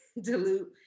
dilute